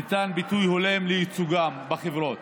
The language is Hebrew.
וניתן ביטוי הולם לייצוגם בחברות.